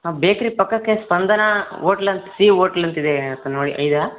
ಹಾಂ ಬೇಕ್ರಿ ಪಕ್ಕಕ್ಕೆ ಸ್ಪಂದನ ಹೋಟ್ಲಂತ್ ಸೀ ಹೋಟೆಲಂತಿದೆ ನೋಡಿ ಇದೀರಾ